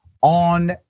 on